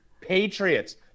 Patriots